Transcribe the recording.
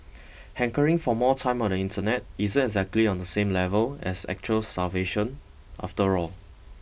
hankering for more time on the internet isn't exactly on the same level as actual starvation after all